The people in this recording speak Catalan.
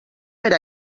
per